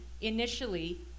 initially